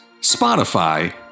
Spotify